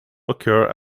occur